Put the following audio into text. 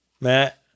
Matt